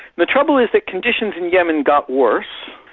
the trouble is that conditions in yemen got worse,